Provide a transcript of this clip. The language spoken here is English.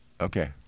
Okay